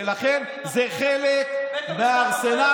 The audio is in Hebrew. ולכן זה חלק מהארסנל,